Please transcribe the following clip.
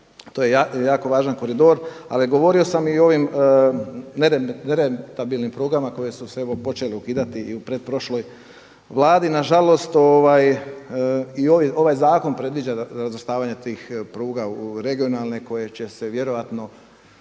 To je jako važan koridor. Ali govorio sam i o ovim nerentabilnim prugama koje su se evo počele ukidati i u pretprošloj Vladi. Na žalost i ovaj zakon predviđa razvrstavanje tih pruga u regionalne koje će se vjerojatno